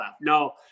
No